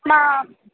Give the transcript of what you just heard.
మా